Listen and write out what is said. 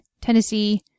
Tennessee